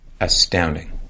Astounding